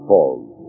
Falls